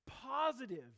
positive